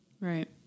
Right